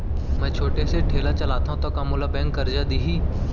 मैं छोटे से ठेला चलाथव त का मोला बैंक करजा दिही?